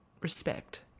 respect